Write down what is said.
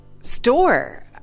store